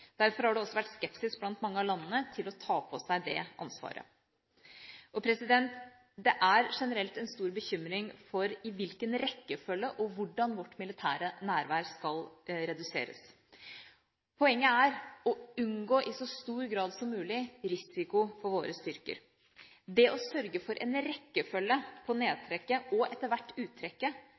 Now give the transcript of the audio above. Derfor har det også vært skepsis blant mange av landene til å ta på seg det ansvaret. Det er generelt en stor bekymring for i hvilken rekkefølge og hvordan vårt militære nærvær skal reduseres. Poenget er å unngå – i så stor grad som mulig – risiko for våre styrker. Det å sørge for en rekkefølge på nedtrekket og etter hvert